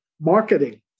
marketing